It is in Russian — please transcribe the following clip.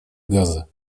газа